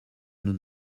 nous